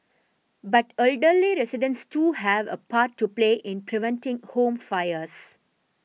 but elderly residents too have a part to play in preventing home fires